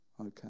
okay